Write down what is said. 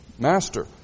Master